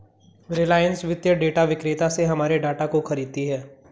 रिलायंस वित्तीय डेटा विक्रेता से हमारे डाटा को खरीदती है